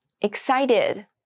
excited